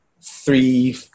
three